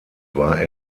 war